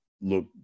look